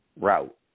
route